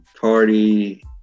party